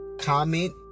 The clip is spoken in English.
comment